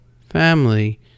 family